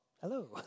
Hello